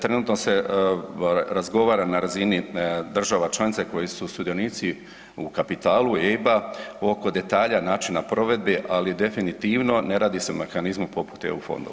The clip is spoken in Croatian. Trenutno se razgovara na razini država članica koje su sudionici u kapitalu EIB-a oko detalja načina provedbe, ali definitivno ne radi se o mehanizmu poput EU fondova.